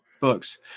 books